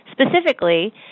Specifically